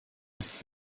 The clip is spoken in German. ist